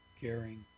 caring